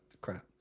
crap